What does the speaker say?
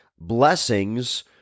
blessings